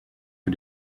für